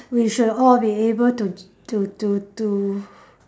we should all be able to to to to